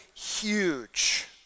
huge